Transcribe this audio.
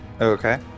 Okay